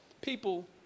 people